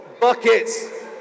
buckets